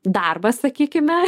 darbas sakykime